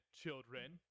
children